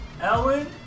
Ellen